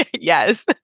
Yes